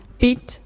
beat